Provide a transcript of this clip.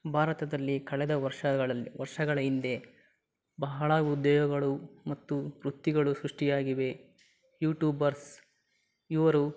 ಭಾರತದಲ್ಲಿ ಕಳೆದ ವರ್ಷಗಳಲ್ಲಿ ವರ್ಷಗಳ ಹಿಂದೆ ಬಹಳ ಉದ್ಯೋಗಗಳು ಮತ್ತು ವೃತ್ತಿಗಳು ಸೃಷ್ಟಿಯಾಗಿವೆ ಯೂಟ್ಯೂಬರ್ಸ್ ಇವರು